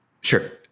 Sure